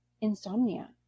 insomnia